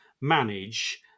manage